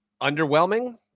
underwhelming